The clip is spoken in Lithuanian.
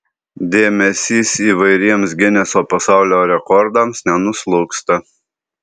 dėmesys įvairiems gineso pasaulio rekordams nenuslūgsta